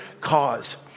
cause